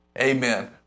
Amen